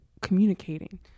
communicating